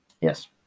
yes